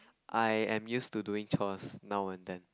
I am used to doing chores now and then